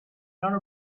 nor